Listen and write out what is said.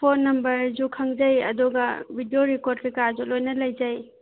phone ꯅꯝꯕꯔꯁꯨ ꯈꯪꯖꯩ ꯑꯗꯨꯒ ꯕꯤꯗꯤꯑꯣ ꯔꯦꯀꯣꯔꯗ ꯀꯩꯀꯥꯁꯨ ꯂꯣꯏꯅ ꯂꯩꯖꯩ